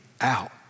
out